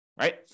right